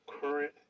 current